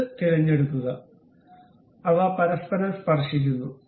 ഇത് തിരഞ്ഞെടുക്കുക അവ പരസ്പരം സ്പർശിക്കുന്നു